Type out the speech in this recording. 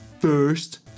First